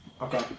Okay